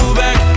back